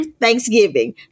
Thanksgiving